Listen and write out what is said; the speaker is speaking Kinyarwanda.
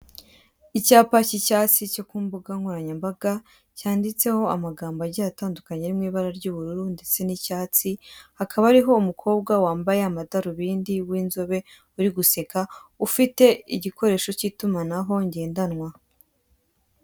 Icyapa k'icyatsi cyo ku mbugankoranyambaga cyanditseho amagambo agiye atandukanye ari mu ibara ry'ubururu ndetse n'icyatsi n'ubururu hakaba hariho uwo mukobwa wambaye amadarobindi w'inzobe uri guseka ufite igikoresho k'itumanaho ngendanwa.